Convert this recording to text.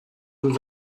lose